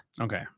Okay